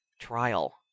Trial